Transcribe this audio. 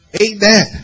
Amen